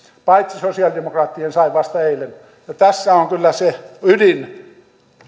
paitsi sosialidemokraattien sain vasta eilen tässä on kyllä se ydin